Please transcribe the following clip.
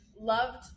loved